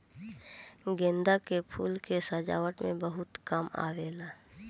गेंदा के फूल के सजावट में बहुत काम आवेला